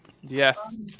Yes